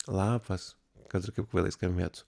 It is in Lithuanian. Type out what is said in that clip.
lapas kad ir kaip kvailai skambėtų